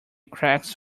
cracks